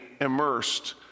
immersed